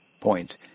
point